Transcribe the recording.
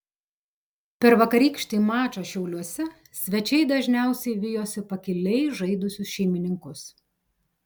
per vakarykštį mačą šiauliuose svečiai dažniausiai vijosi pakiliai žaidusius šeimininkus